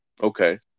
Okay